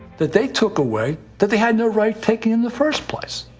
that they took away that they had no right taking in the first place.